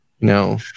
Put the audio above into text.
No